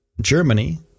Germany